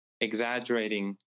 exaggerating